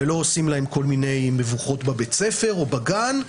ולא גורמים להם לכל מיני מבוכות בבית הספר או בגן.